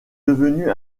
devenue